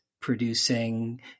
producing